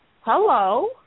hello